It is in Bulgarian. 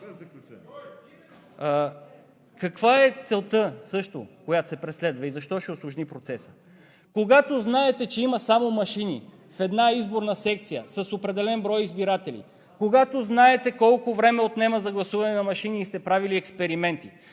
Каква е целта също, която се преследва, и защо ще усложни процеса? Когато знаете, че има само машини в една изборна секция с определен брой избиратели, когато знаете колко време отнема за гласуване на машини и сте правили експерименти,